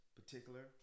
particular